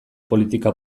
politika